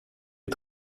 est